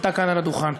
שעלתה כאן לדוכן.